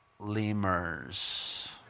lemurs